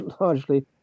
largely